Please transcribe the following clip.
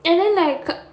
and then like